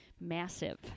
massive